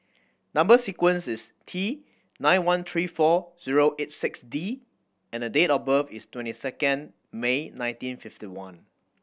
number sequence is T nine one three four zero eight six D and date of birth is twenty second May nineteen fifty one